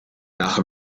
nach